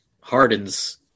Harden's